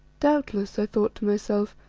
doubtless, i thought to myself,